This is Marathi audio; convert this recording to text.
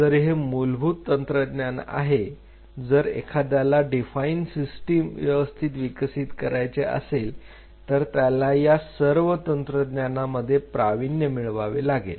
तर हे मूलभूत तंत्रज्ञान आहे जर एखाद्याला डिफाइन सिस्टीम व्यवस्थित विकसित करायचे असेल तर त्याला या सर्व तंत्रज्ञानामध्ये प्राविण्य मिळवावे लागेल